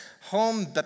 Home